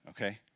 Okay